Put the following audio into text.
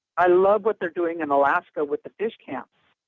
i love what they're doing in alaska with the fish camps,